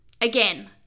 Again